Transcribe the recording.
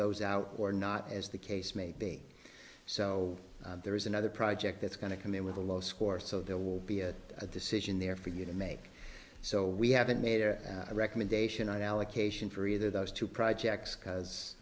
those out or not as the case may be so there is another project that's going to come in with a low score so there will be a decision there for you to make so we haven't made a recommendation on allocation for either those two projects because